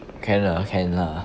can lah can lah